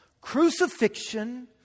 Crucifixion